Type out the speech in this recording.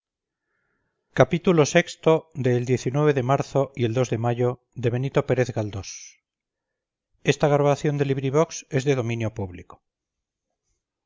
xxvi xxvii xxviii xxix xxx el de marzo y el de mayo pérez de benito pérez